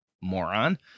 moron